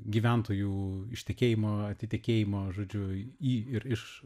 gyventojų ištekėjimo atitekėjimo žodžiu į ir iš